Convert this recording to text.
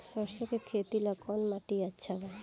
सरसों के खेती ला कवन माटी अच्छा बा?